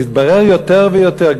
מתברר יותר ויותר,